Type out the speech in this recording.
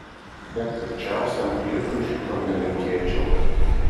net pikčiausiam priešui šito nelinkėčiau